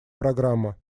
программа